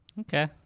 Okay